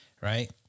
right